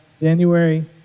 January